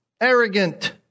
Arrogant